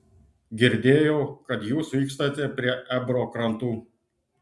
girdėjau kad jūs vykstate prie ebro krantų